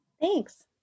Thanks